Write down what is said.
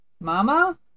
Mama